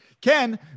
Ken